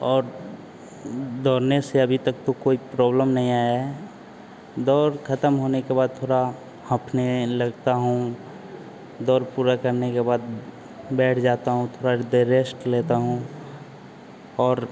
और दौड़ने से अभी तक तो कोई प्रॉब्लम नहीं आया है दौड़ ख़त्म होने के बाद थोड़ा हाँफने लगता हूँ दौड़ पूरा करने के बाद बैठ जाता हूँ थोड़ा देर रेस्ट लेता हूँ और